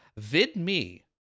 VidMe